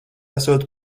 esot